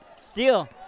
steal